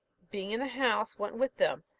being in the house, went with them.